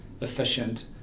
efficient